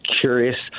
curious